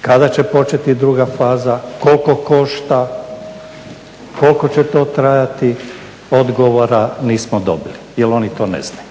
kada će početi druga faza, koliko košta, koliko će to trajati odgovora nismo dobili jer oni to ne znaju.